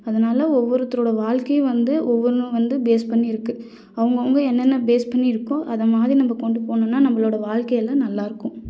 அதனால் ஒவ்வொருத்தரோடய வாழ்க்கையும் வந்து ஒவ்வொன்றும் வந்து பேஸ் பண்ணி இருக்குது அவங்கவுங்க என்னென்ன பேஸ் பண்ணி இருக்கோ அதை மாதிரி நம்ம கொண்டு போனோம்னா நம்மளோடய வாழ்க்கையில நல்லா இருக்கும்